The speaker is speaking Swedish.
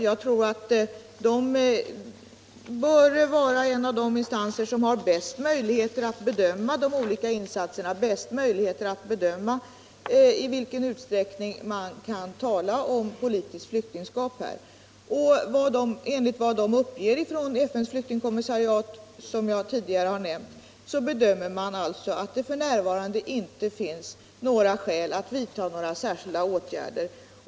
Jag tror att flyktingkommissariatet är en av de instanser som bäst har möjlighet att bedöma i vilken utsträckning man i detta fall kan tala om politiskt flyktingskap. Som jag tidigare nämnde uppger kommissariatet att det f.n. inte finns skäl för att vidta några särskilda åtgärder.